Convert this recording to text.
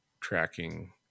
tracking